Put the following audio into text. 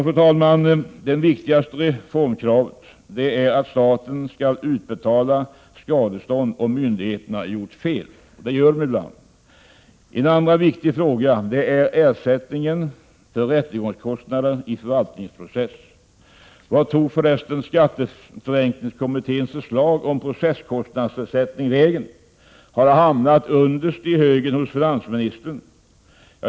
Fru talman! Det viktigaste reformkravet är att staten skall utbetala skadestånd om myndigheterna gjort fel. En andra viktig fråga är ersättningen för rättegångskostnader i förvaltningsprocess. Vart tog för resten skatteförenklingskommitténs förslag om processkostnadsersättning vägen? Har det hamnat underst i högen hos finansministern?